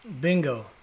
bingo